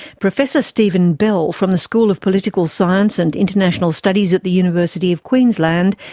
professor stephen bell from the school of political science and international studies at the university of queensland,